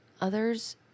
others